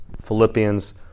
Philippians